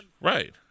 right